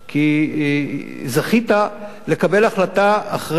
כי זכית לקבל החלטה אחרי,